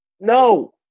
no